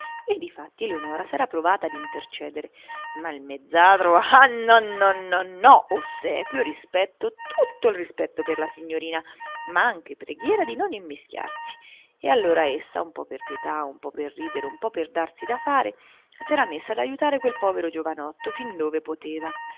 e difatti eleonora s'era provata a intercedere ma il mezzadro ah nonononò ossequio rispetto tutto il rispetto per la signorina ma anche preghiera di non immischiarsi ed allora essa un po per pietà un po per ridere un po per darsi da fare s'era messa ad ajutare quel povero giovanotto fin dove poteva